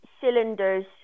cylinders